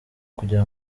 kugira